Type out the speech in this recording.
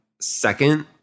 second